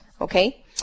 okay